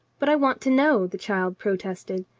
but i want to know, the child protested.